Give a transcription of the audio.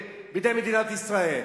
בידי מדינת ישראל.